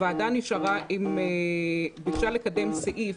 הוועדה נשארה עם דרישה לקדם סעיף